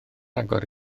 agor